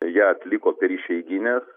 ją atliko per išeigines